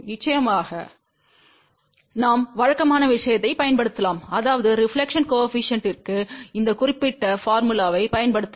நிச்சயமாக நாம் வழக்கமான விஷயத்தைப் பயன்படுத்தலாம் அதாவது ரெபிலெக்ஷன் கோஏபிசிஎன்ட்த்திற்கு இந்த குறிப்பிட்ட போர்முலாவை பயன்படுத்தலாம்